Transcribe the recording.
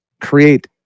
create